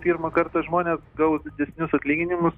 pirmą kartą žmonės gaus didesnius atlyginimus